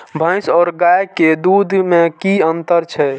भैस और गाय के दूध में कि अंतर छै?